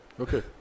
Okay